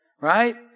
Right